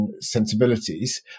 sensibilities